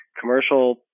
Commercial